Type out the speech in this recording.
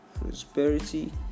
prosperity